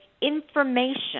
information